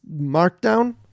Markdown